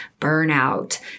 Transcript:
Burnout